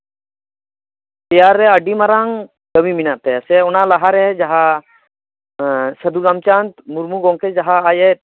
ᱛᱮᱭᱟᱨ ᱨᱮ ᱟᱹᱰᱤ ᱢᱟᱨᱟᱝ ᱠᱟᱹᱢᱤ ᱢᱮᱱᱟᱜ ᱛᱟᱭᱟ ᱥᱮ ᱚᱱᱟ ᱞᱟᱦᱟ ᱡᱟᱦᱟᱸ ᱥᱟᱫᱷᱩ ᱨᱟᱢᱪᱟᱸᱫᱽ ᱢᱩᱨᱢᱩ ᱜᱚᱝᱠᱮ ᱡᱟᱦᱟᱸ ᱟᱡᱼᱮ